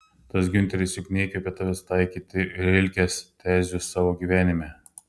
tas giunteris juk neįkvėpė tavęs taikyti rilkės tezių savo gyvenime